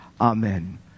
Amen